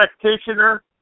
practitioner